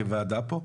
כוועדה פה,